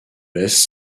laisse